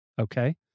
Okay